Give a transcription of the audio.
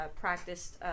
practiced